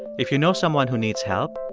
if you know someone who needs help,